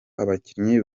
abakinnyi